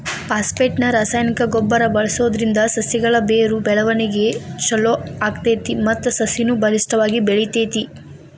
phosphate ನ ರಾಸಾಯನಿಕ ಗೊಬ್ಬರ ಬಳ್ಸೋದ್ರಿಂದ ಸಸಿಗಳ ಬೇರು ಬೆಳವಣಿಗೆ ಚೊಲೋ ಆಗ್ತೇತಿ ಮತ್ತ ಸಸಿನು ಬಲಿಷ್ಠವಾಗಿ ಬೆಳಿತೇತಿ